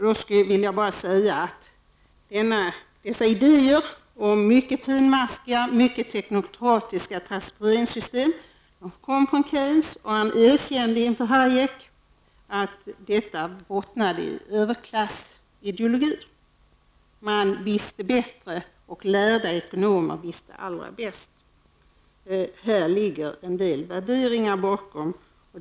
Dessa idéer om mycket finmaskiga och mycket teknokratiska transferingssystem kommer från Keynes. Han erkände inför Hayek att detta bottnade i överklassideologi. Man visste bättre, och lärda ekonomer visste allra bäst. Det ligger en del värderingar bakom detta.